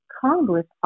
Congress